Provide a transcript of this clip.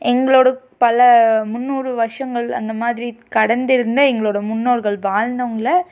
எங்களோட பல முந்நூறு வருஷங்கள் அந்தமாதிரி கடந்திருந்த எங்களோட முன்னோர்கள் வாழ்ந்தவங்கள